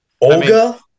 Olga